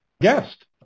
guest